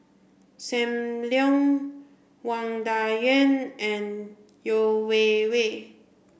Sam Leong Wang Dayuan and Yeo Wei Wei